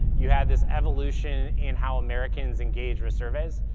you had this evolution in how americans engaged with surveys.